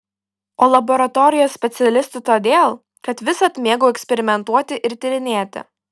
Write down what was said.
o laboratorijos specialistu todėl kad visad mėgau eksperimentuoti ir tyrinėti